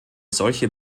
solche